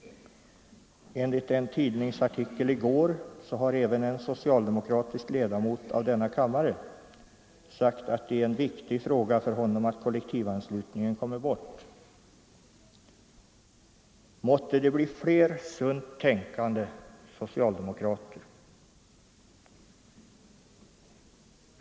Enligt en tidningsartikel i går har även en socialdemokratisk ledamot av denna kammare sagt att det är en viktig fråga för honom att kollektivanslutningen kommer bort. Måtte det bli fler sunt tänkande socialdemokrater.